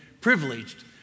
privileged